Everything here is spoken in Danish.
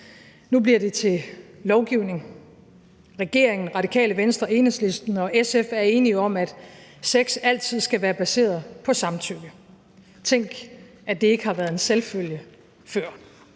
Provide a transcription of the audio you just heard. nu bliver det til lovgivning. Regeringen, Radikale Venstre, Enhedslisten og SF er enige om, at sex altid skal være baseret på samtykke. Tænk, at det ikke har været en selvfølge før.